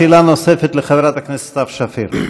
שאלה נוספת לחברת הכנסת סתיו שפיר.